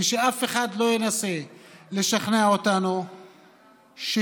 ושאף אחד לא ינסה לשכנע אותנו שקלות